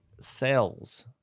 cells